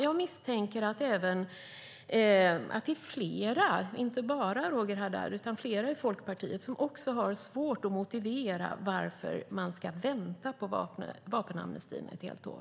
Jag misstänker att det är fler i Folkpartiet än Roger Haddad som har svårt att motivera varför man ska vänta på vapenamnestin i ett helt år.